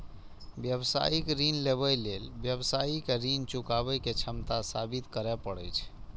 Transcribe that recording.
व्यावसायिक ऋण लेबय लेल व्यवसायी कें ऋण चुकाबै के क्षमता साबित करय पड़ै छै